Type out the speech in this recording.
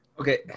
Okay